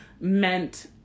meant